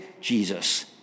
Jesus